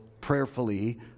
prayerfully